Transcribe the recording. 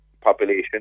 population